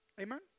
Amen